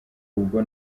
ubwo